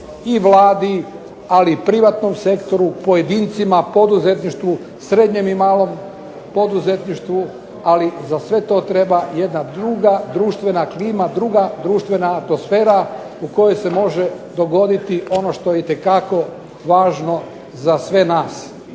i Vladi, ali i privatnom sektoru, pojedincima, poduzetništvu, srednjem i malom poduzetništvu, ali za sve to treba jedna druga društvena klima, druga društvena atmosfera u kojoj se može dogoditi ono što je itekako važno za sve nas.